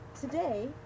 today